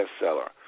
bestseller